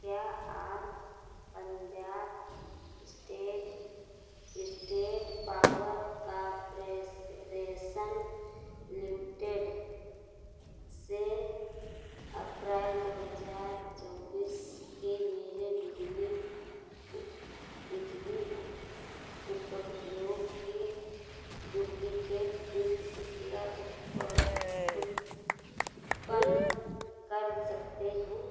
क्या आप Punjab state state power corporation limited से अप्रैल दो हज़ार चौबीस के मेरे बिजली बिजली उप उपयोग की डुप्लीकेट बिल उपला उपह उत उत्पन्न कर सकते हैं